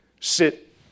Sit